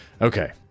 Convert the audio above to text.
Okay